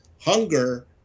hunger